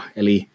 eli